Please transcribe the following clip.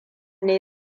ne